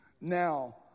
Now